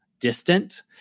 distant